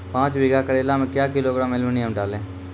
पाँच बीघा करेला मे क्या किलोग्राम एलमुनियम डालें?